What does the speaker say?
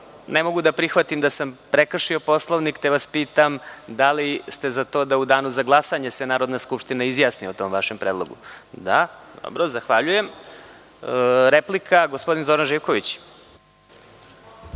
mogu da prihvatim da sam prekršio Poslovnik, te vas pitam da li ste za to da se u danu za glasanje Narodna skupština izjasni o tom vašem predlog? Da. Zahvaljujem. Gospodin Zoran Živković,